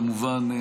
כמובן,